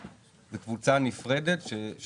זו קבוצה נפרדת של